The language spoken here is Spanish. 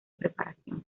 preparación